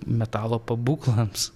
metalo pabūklams